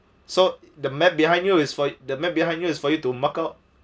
so the map behind you is for the map behind you is for you to mark out